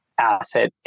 asset